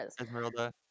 Esmeralda